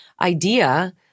idea